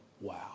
wow